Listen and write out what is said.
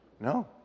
No